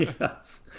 Yes